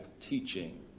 teaching